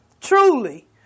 truly